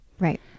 Right